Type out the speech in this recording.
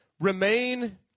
Remain